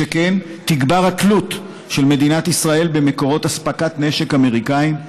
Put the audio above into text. שכן תגבר התלות של מדינת ישראל במקורות אספקת נשק אמריקניים.